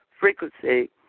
frequency